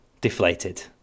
deflated